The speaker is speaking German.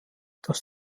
das